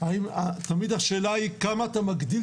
אלה הוראות כלליות שנוגעות